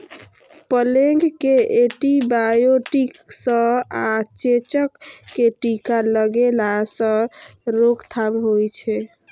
plague कें antibiotic सं आ चेचक कें टीका लगेला सं रोकथाम होइ छै